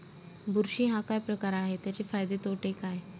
बुरशी हा काय प्रकार आहे, त्याचे फायदे तोटे काय?